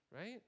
right